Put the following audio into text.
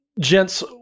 gents